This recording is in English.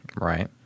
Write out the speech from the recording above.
Right